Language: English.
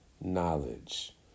knowledge